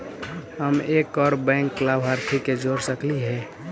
हम एक और बैंक लाभार्थी के जोड़ सकली हे?